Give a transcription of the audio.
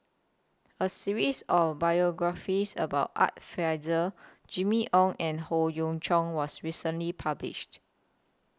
A series of biographies about Art Fazil Jimmy Ong and Howe Yoon Chong was recently published